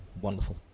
wonderful